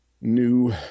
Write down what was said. new